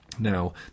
Now